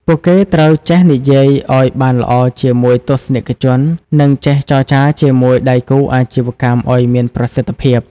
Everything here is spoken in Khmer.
ពួកគេត្រូវចេះនិយាយឱ្យបានល្អជាមួយទស្សនិកជន និងចេះចរចាជាមួយដៃគូអាជីវកម្មឱ្យមានប្រសិទ្ធភាព។